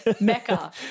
Mecca